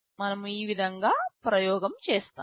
మనము ఈ విధంగా ప్రయోగం చేస్తాము